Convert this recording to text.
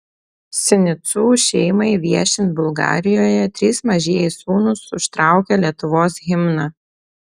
sinicų šeimai viešint bulgarijoje trys mažieji sūnūs užtraukė lietuvos himną